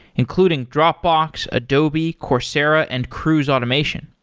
including dropbox, adobe, coursera and cruise automation.